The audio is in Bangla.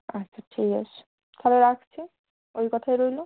আচ্ছা ঠিক আছে তাহলে রাখছি ওই কথাই রইলো